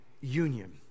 Union